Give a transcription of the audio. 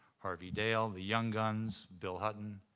harvey dale, the young guns, bill hutton,